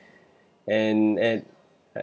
and at ah